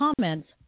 comments